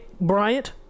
Bryant